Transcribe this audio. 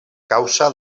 causa